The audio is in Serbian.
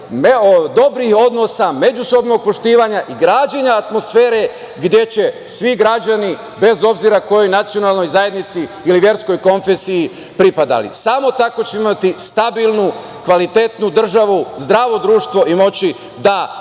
dobrih odnosa, međusobnog poštovanja i građenja atmosfere, gde će svi građani bez obzira kojoj nacionalnoj zajednici ili verskoj konfesiji pripadali. Samo tako ćemo imati stabilnu i kvalitetnu državu, zdravo društvo i moći da idemo